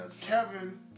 Kevin